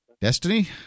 Destiny